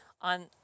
on